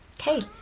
Okay